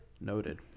Noted